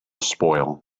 spoil